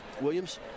Williams